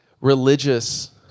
religious